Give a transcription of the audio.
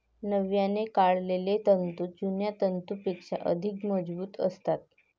नव्याने काढलेले तंतू जुन्या तंतूंपेक्षा अधिक मजबूत असतात